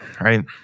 right